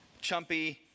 chumpy